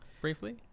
briefly